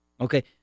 Okay